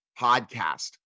Podcast